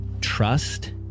trust